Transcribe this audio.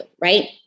right